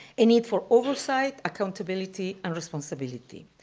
a need for oversight, accountability, and responsibility.